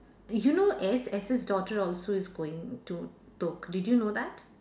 you know S S's daughter also is going to to~ did you know that